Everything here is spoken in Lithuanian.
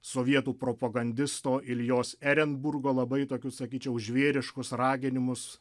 sovietų propagandisto iljos erenburgo labai tokius sakyčiau žvėriškus raginimus